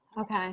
Okay